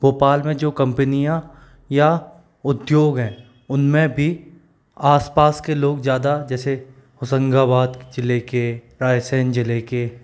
बोपाल में जो कम्पनियां या उद्योग हैं उनमें भी आस पास के लोग ज़्यादा जैसे होशंगाबाद ज़िले के रायसेन ज़िले के